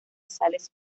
sales